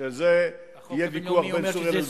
שעל זה יהיה ויכוח בין סוריה לבין לבנון.